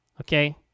okay